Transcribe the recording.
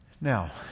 Now